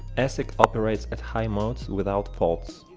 asic operates at high modes without faults